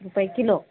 रुपये किलो